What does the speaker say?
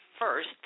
First